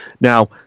Now